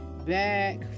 back